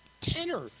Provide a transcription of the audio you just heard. tenor